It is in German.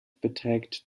beträgt